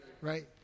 Right